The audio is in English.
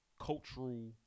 Cultural